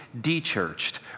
de-churched